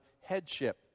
headship